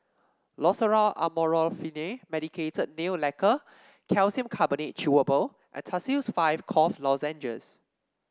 Loceryl Amorolfine Medicated Nail Lacquer Calcium Carbonate Chewable and Tussils five Cough Lozenges